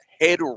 head